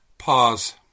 pause